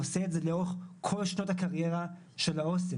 הוא גם עושה את זה לאורך כל שנות הקריירה של העו"סים,